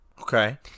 Okay